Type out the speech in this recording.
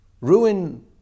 ruin